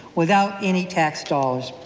without any tax dollars.